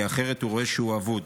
כי אחרת הוא רואה שהוא אבוד